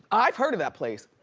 i've heard of that place.